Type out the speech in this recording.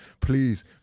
please